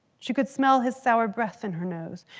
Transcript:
she could smell his sour breath in her nose.